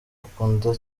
akunda